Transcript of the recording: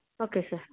okay sir